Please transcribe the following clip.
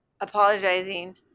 apologizing